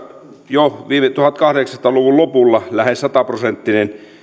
jo tuhatkahdeksansataa luvun lopulla lähes sataprosenttinen